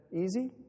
easy